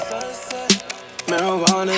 Marijuana